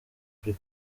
kuri